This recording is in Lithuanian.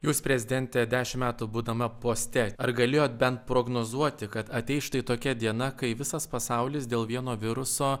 jūs prezidente dešimt metų būdama poste ar galėjot bent prognozuoti kad ateis štai tokia diena kai visas pasaulis dėl vieno viruso